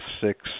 six